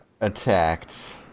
attacked